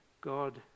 God